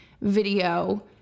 video